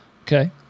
okay